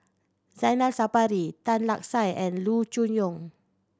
Zainal Sapari Tan Lark Sye and Loo Choon Yong